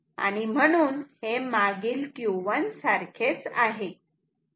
म्हणून हे मागील Q1 इतके आहे